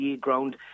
ground